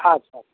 ଆଚ୍ଛା ଆଚ୍ଛା